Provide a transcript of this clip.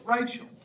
Rachel